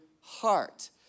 heart